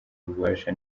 ububasha